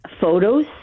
Photos